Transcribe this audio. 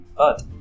earth